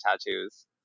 tattoos